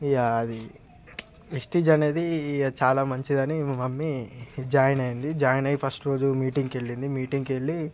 ఇగా అది విస్టీజ్ అనేది ఇగ చాలా మంచిదని మా మమ్మీ జాయిన్ అయింది జాయిన్ అయి ఫస్ట్ రోజు మీటింగ్క్ వెళ్ళింది మీటింగ్కు వెళ్ళి